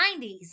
90s